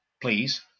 please